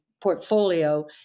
portfolio